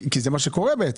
כי זה מה שקורה בעצם.